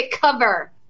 cover